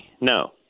no